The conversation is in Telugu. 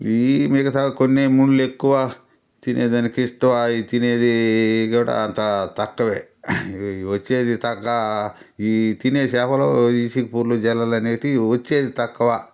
ఈ మిగతా కొన్ని ముళ్ళు ఎక్కువ తినేదానికి ఇస్టా అయి తినేది కూడా అంత తక్కువే వచ్చేది తగ్గా ఈ తినే చాపలు ఈ ఇసికపూర్లు జల్లలనేటియి వచ్చేది తక్కవ